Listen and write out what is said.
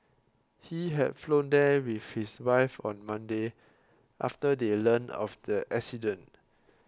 he had flown there with his wife on Monday after they learnt of the accident